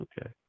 Okay